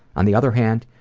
on the other hand,